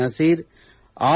Naseer R